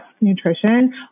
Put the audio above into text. nutrition